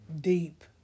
deep